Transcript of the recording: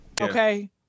okay